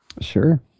Sure